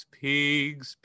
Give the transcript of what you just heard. pigs